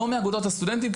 לא מאגודות הסטודנטים,